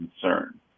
concern